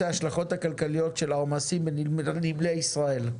ההשלכות הכלכליות של העומסים בנמלי ישראל.